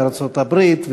בארצות-הברית,